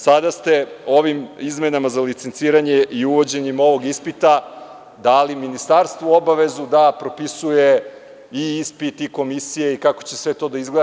Sada ste ovim izmenama za licenciranje i uvođenjem ovog ispita dali ministarstvu obavezu da propisuje i ispit i komisije i kako će sve to da izgleda.